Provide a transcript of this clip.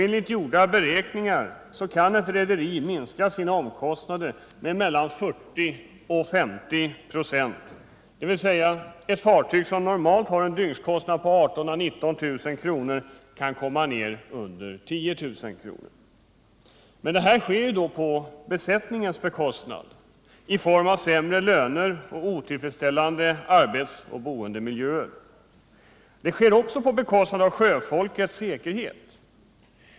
Enligt gjorda beräkningar kan ett rederi minska sina omkostnader med mellan 40 och 50 96, dvs. ett fartyg som normalt har en dygnskostnad på 18 000 å 19 000 kr. kan komma ned under 10 000 kr. Men detta sker på besättningens bekostnad i form av sämre löner och otillfredsställande arbetsoch boendemiljöer. Det sker också på bekostnad av sjöfolkets säkerhet.